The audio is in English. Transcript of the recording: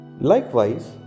Likewise